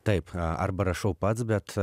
taip arba rašau pats bet